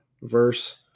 verse